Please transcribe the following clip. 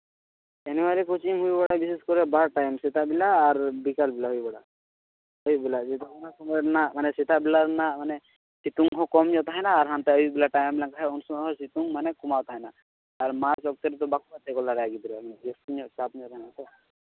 ᱮᱢᱚᱱ ᱟᱹᱨᱤ ᱠᱳᱪᱤᱝ ᱦᱩᱭᱩᱜᱼᱟ ᱵᱤᱥᱮᱥ ᱠᱚᱨᱮ ᱵᱟᱨ ᱴᱟᱭᱤᱢ ᱥᱮᱛᱟᱜ ᱵᱮᱞᱟ ᱟᱨ ᱵᱤᱠᱟᱞ ᱵᱮᱲᱟ ᱦᱩᱭ ᱵᱟᱲᱟᱜᱼᱟ ᱟᱹᱭᱩᱵ ᱵᱮᱞᱟ ᱡᱮᱴᱟ ᱚᱱᱟ ᱥᱚᱢᱚᱭ ᱨᱮᱱᱟᱜ ᱢᱟᱱᱮ ᱥᱮᱛᱟᱜ ᱵᱮᱞᱟ ᱨᱮᱱᱟᱜ ᱢᱟᱱᱮ ᱥᱤᱛᱩᱝ ᱦᱚᱸ ᱠᱚᱢ ᱧᱚᱜ ᱛᱟᱦᱮᱱᱟ ᱟᱨ ᱦᱟᱱᱛᱮ ᱟᱹᱭᱩᱵ ᱵᱮᱞᱟ ᱛᱟᱭᱚᱢ ᱞᱮᱱᱠᱷᱟᱡ ᱦᱚᱸ ᱩᱱ ᱥᱚᱢᱚᱭ ᱥᱤᱛᱩᱝ ᱢᱟᱱᱮ ᱠᱚᱢᱟᱣ ᱛᱟᱦᱮᱱᱟ ᱟᱨ ᱢᱟᱡᱷ ᱚᱯᱷᱥᱮᱱ ᱨᱮᱫᱚ ᱵᱟᱠᱚ ᱜᱟᱛᱮ ᱜᱚᱜ ᱫᱟᱲᱮᱭᱟᱜᱼᱟ ᱜᱤᱫᱽᱨᱟᱹ ᱡᱟᱹᱥᱛᱤ ᱧᱚᱜ ᱛᱟᱯ ᱛᱟᱦᱮᱱᱟᱥᱮ